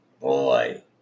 boy